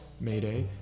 Mayday